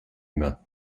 humain